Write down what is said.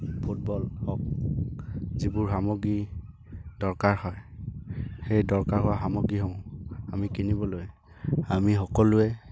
football হওক যিবোৰ সামগ্ৰী দৰকাৰ হয় সেই দৰকাৰ হোৱা সামগ্ৰীসমূহ আমি কিনিবলৈ আমি সকলোৱে